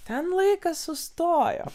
ten laikas sustojo